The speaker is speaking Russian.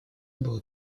было